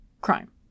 crime